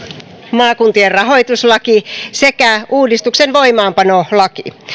maakuntien rahoituslaki sekä uudistuksen voimaanpanolaki